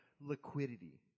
liquidity